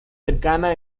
cercana